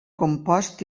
compost